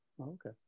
Okay